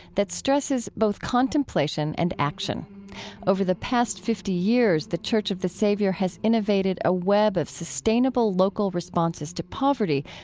that stresses both contemplation and action over the past fifty years, the church of the savior has innovated a web of sustainable local responses to poverty,